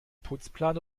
putzplan